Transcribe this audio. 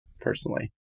personally